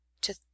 To